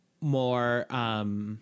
more